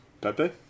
Pepe